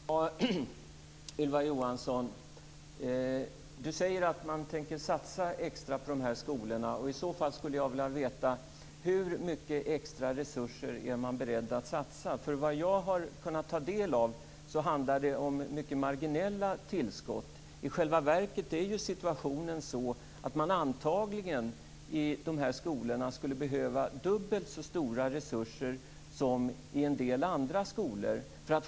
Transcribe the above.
Fru talman! Ylva Johansson säger att man tänker satsa extra på dessa skolor. Då skulle jag vilja veta hur mycket extra resurser man är beredd att satsa. Jag har kunnat ta del av att det handlar om mycket marginella tillskott. I själva verket är situationen sådan, att man antagligen i dessa skolor skulle behöva dubbelt så stora resurser som i en del andra skolor.